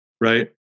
right